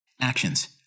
Actions